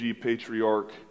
patriarch